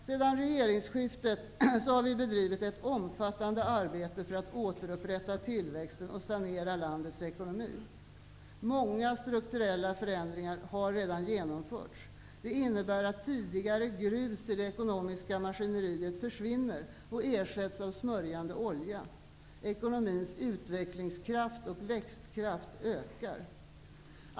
Sedan regeringsskiftet har vi bedrivit ett omfattande arbete för att återupprätta tillväxten och sanera landets ekonomi. Många strukturella förändringar har redan genomförts. Det innebär att tidigare grus i det ekonomiska maskineriet försvinner och ersätts av smörjande olja. Ekonomins utvecklingskraft och växtkraft ökar.